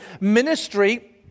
ministry